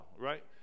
right